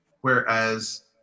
Whereas